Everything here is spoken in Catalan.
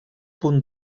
punt